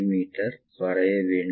me வரைய வேண்டும்